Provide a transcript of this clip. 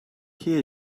hear